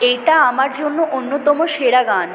এইটা আমার জন্য অন্যতম সেরা গান